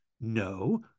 No